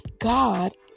God